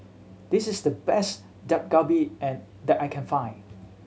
this is the best Dak Galbi and that I can find